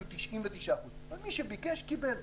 נתנו אפילו 98%. זאת אומרת שמי שביקש קיבל.